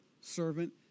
servant